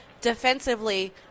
defensively